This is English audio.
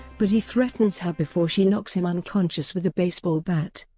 but he threatens her before she knocks him unconscious with a baseball bat.